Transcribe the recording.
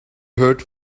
heard